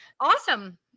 awesome